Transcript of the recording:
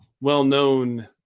well-known